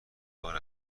بار